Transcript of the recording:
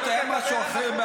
אתה הולך לדבר על החוק שלך.